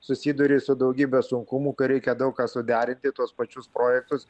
susiduri su daugybe sunkumų kai reikia daug ką suderinti tuos pačius projektus